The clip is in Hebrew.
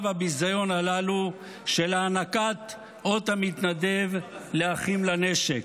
והביזיון הללו של הענקת אות המתנדב לאחים לנשק.